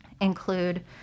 include